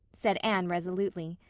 said anne resolutely.